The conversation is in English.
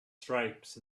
stripes